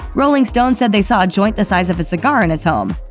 rolling stone said they saw a joint the size of a cigar in his home,